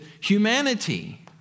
humanity